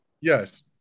Yes